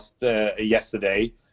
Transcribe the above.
yesterday